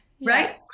Right